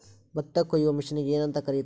ಭತ್ತ ಕೊಯ್ಯುವ ಮಿಷನ್ನಿಗೆ ಏನಂತ ಕರೆಯುತ್ತಾರೆ?